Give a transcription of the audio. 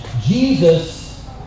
Jesus